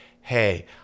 hey